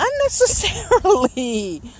Unnecessarily